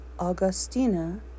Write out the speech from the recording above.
Augustina